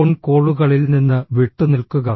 phone കോളുകളിൽ നിന്ന് വിട്ടുനിൽക്കുക